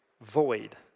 void